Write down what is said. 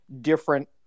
different